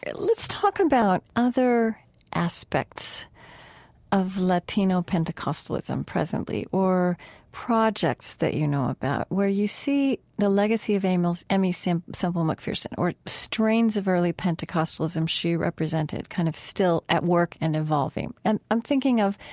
let's talk about other aspects of latino pentecostalism presently or projects that you know about where you see the legacy of aimee of aimee semple semple mcpherson or strains of early pentecostalism she represented, kind of, still at work and evolving. and i'm thinking of,